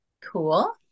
Cool